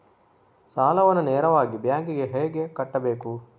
ಸಾಲವನ್ನು ನೇರವಾಗಿ ಬ್ಯಾಂಕ್ ಗೆ ಹೇಗೆ ಕಟ್ಟಬೇಕು?